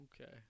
Okay